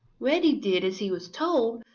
reddy did as he was told,